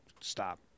stop